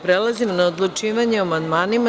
Prelazimo na odlučivanje o amandmanima.